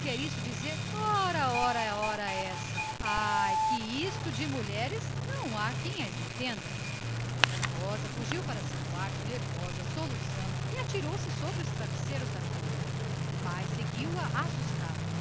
quer isto dizer ora ora os meus pecados ai que isto de mulheres não há quem as entenda ana rosa fugiu para o seu quarto nervosa soluçando e atirou-se de bruços na rede o pai seguiu-a assustado